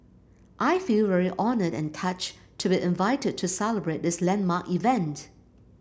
I feel very honoured and touched to be invited to celebrate this landmark event